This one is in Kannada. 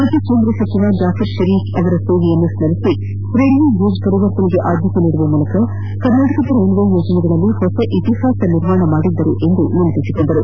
ಮಾಜಿ ಕೇಂದ್ರ ಸಚಿವ ಜಾಫರ್ ಷರೀಫ್ ಸೇವೆ ಸ್ಮರಿಸಿ ರೈಲ್ವೆ ಗೇಜ್ ಪರಿವರ್ತನೆಗೆ ಅದ್ಯತೆ ನೀಡುವ ಮೂಲಕ ಕರ್ನಾಟಕದ ರೈಲ್ವೆ ಯೋಜನೆಯಲ್ಲಿ ಹೊಸ ಇತಿಹಾಸ ನಿರ್ಮಾಣ ಮಾಡಿದ್ದರು ಎಂದು ಸ್ಮರಿಸಿದರು